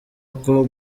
uko